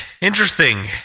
interesting